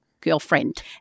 girlfriend